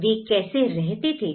वे कैसे रहते थे